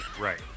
Right